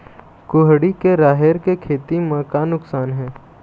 कुहड़ी के राहेर के खेती म का नुकसान हे?